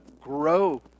grow